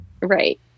Right